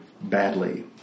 badly